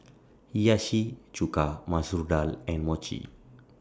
Hiyashi Chuka Masoor Dal and Mochi